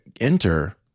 enter